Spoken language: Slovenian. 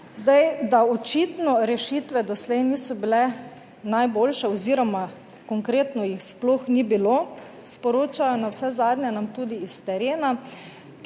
Da očitno rešitve doslej niso bile najboljše, oz. konkretno jih sploh ni bilo, sporočajo navsezadnje nam tudi iz terena,